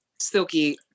silky